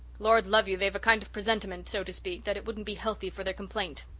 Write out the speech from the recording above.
lord love you, they've a kind of presentiment, so to speak, that it wouldn't be healthy for their complaint.